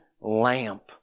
lamp